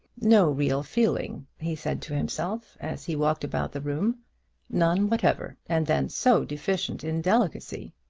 no real feeling, he said to himself, as he walked about the room none whatever and then so deficient in delicacy!